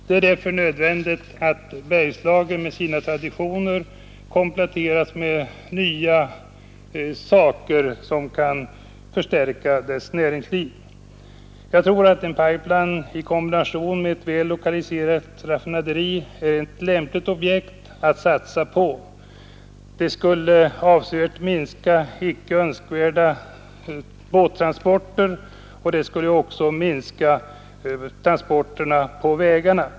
Det är därför nödvändigt att Bergslagen med sina traditioner kompletteras med nya industrier som kan förstärka dess näringsliv. Jag tror att en pipeline i kombination med ett väl lokaliserat raffinaderi är ett lämpligt objekt att satsa på. Det skulle avsevärt minska icke önskvärda båttransporter, och det skulle också minska transporterna på vägarna.